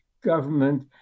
government